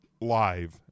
live